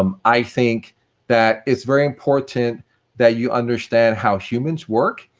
um i think that it's very important that you understand how humans work,